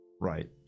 right